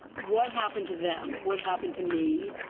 what happened to them? what happened to me?